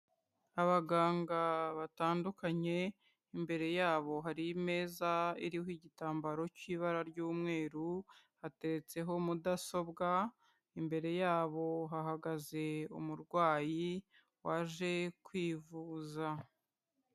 Abaganga batandukanye, imbere yabo hari imeza iriho igitambaro cy'ibara ry'umweru, hatetseho mudasobwa. Imbere yabo hahagaze umurwayi waje kwivuza.